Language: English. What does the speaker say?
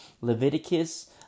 Leviticus